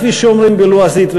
כפי שאומרים בלועזית,